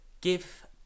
give